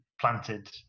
planted